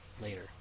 later